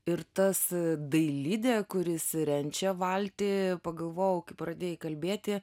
ir tas dailidė kuris renčia valtį pagalvojau kai pradėjai kalbėti